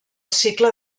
cicle